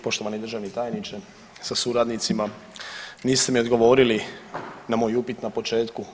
Poštovani državni tajniče sa suradnicima niste mi odgovorili na moj upit na početku?